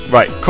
Right